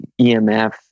EMF